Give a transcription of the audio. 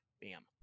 Bam